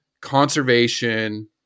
conservation